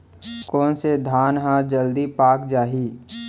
कोन से धान ह जलदी पाक जाही?